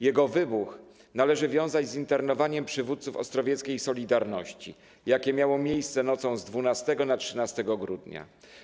Jego wybuch należy wiązać z internowaniem przywódców ostrowieckiej „Solidarności”, jakie miało miejsce nocą z 12 na 13 grudnia.